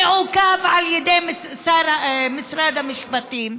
מעוכב על ידי משרד המשפטים?